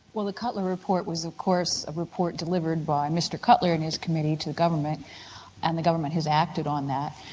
well, the cutler report was of course a report delivered by mr cutler and his committee to the government and the government has acted on that.